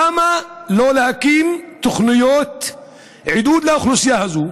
למה לא להקים תוכניות עידוד לאוכלוסייה הזאת,